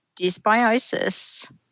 dysbiosis